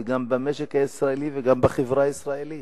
וגם במשק הישראלי וגם בחברה הישראלית.